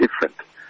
different